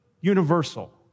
universal